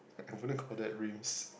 I wouldn't call that rims